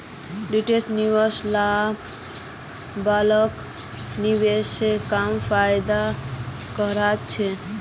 retail निवेशक ला bulk निवेशक से कम फायेदार हकदार होछे